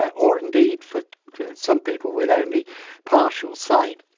or indeed for some people with only partial sight,